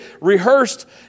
rehearsed